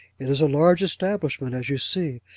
it is a large establishment, as you see,